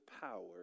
power